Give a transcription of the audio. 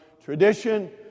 Tradition